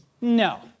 No